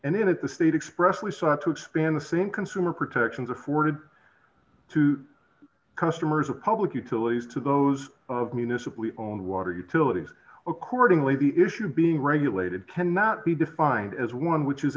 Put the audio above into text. and then at the state expressly sought to expand the same consumer protections afforded to customers of public utilities to those of municipally owned water utilities accordingly the issue being regulated cannot be defined as one which is